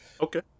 okay